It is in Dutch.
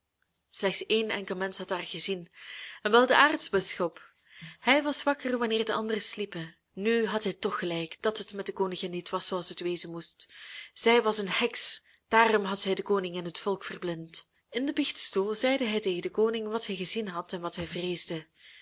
slechts een enkel mensch had haar gezien en wel de aartsbisschop hij was wakker wanneer de anderen sliepen nu had hij toch gelijk dat het met de koningin niet was zooals het wezen moest zij was een heks daarom had zij den koning en het volk verblind in den biechtstoel zeide hij tegen den koning wat hij gezien had en wat hij vreesde